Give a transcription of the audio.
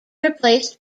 replaced